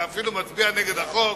או הוא אפילו מצביע נגד החוק,